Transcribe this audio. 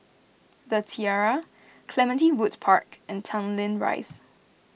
the Tiara Clementi Woods Park and Tanglin Rise